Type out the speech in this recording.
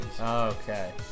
Okay